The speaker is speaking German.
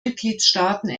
mitgliedstaaten